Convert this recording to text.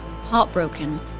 Heartbroken